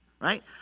right